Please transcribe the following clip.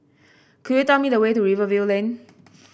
could you tell me the way to Rivervale Lane